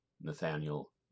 Nathaniel